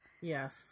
Yes